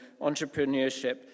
entrepreneurship